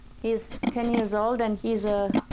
he is ten years old and he is ah